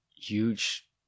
huge